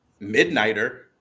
Midnighter